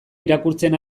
irakurtzen